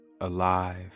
alive